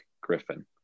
Griffin